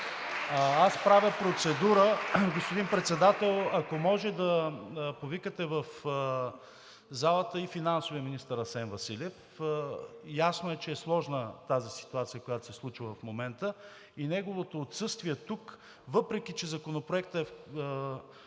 Аз правя процедура, господин Председател. Ако може да повикате в залата и финансовия министър Асен Василев. Ясно е, че е сложна тази ситуация, която се случва в момента, и неговото отсъствие тук, въпреки че Законопроектът е внесен